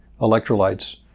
electrolytes